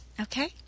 okay